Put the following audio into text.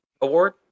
Award